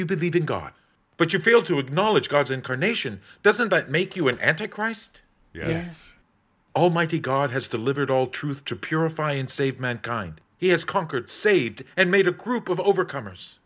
you believe in god but you fail to acknowledge god's incarnation doesn't that make you an anti christ yes almighty god has delivered all truth to purify and save mankind he has conquered saved and made a group of overcomers